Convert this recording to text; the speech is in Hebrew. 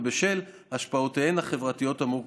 ובשל השפעותיה החברתיות המורכבות.